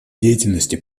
деятельности